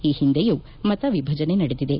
ಈ ಹಿಂದೆಯೂ ಮತ ವಿಭಜನೆ ನಡೆದಿದೆ